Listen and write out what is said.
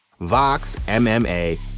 VOXMMA